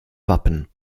wappen